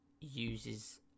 uses